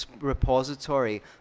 repository